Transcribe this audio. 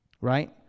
right